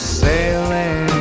sailing